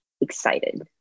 excited